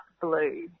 blue